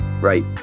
right